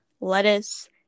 lettuce